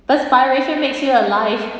perspiration makes you alive